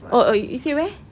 oh oh is it meh